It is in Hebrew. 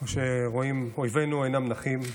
כמו שרואים, אויבינו אינם נחים,